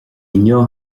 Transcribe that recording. inniu